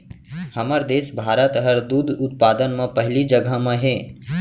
हमर देस भारत हर दूद उत्पादन म पहिली जघा म हे